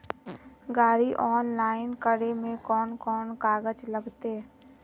गाड़ी ऑनलाइन करे में कौन कौन कागज लगते?